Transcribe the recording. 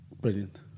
brilliant